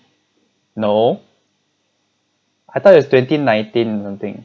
no I thought it was twenty nineteen something